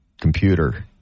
computer